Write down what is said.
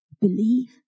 believe